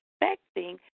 expecting